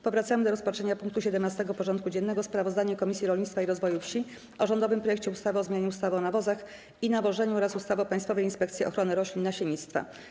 Powracamy do rozpatrzenia punktu 17. porządku dziennego: Sprawozdanie Komisji Rolnictwa i Rozwoju Wsi o rządowym projekcie ustawy o zmianie ustawy o nawozach i nawożeniu oraz ustawy o Państwowej Inspekcji Ochrony Roślin i Nasiennictwa.